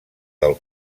del